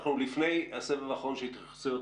אנחנו לפני הסבב האחרון של התייחסויות,